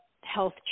health